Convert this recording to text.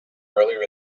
earlier